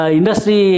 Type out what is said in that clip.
industry